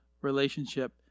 relationship